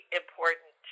important